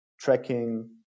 tracking